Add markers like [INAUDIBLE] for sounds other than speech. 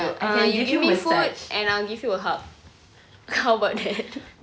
ah you give me food and I'll give you a hug how about that [LAUGHS]